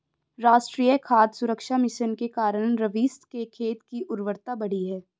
राष्ट्रीय खाद्य सुरक्षा मिशन के कारण रवीश के खेत की उर्वरता बढ़ी है